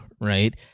right